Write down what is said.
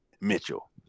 Mitchell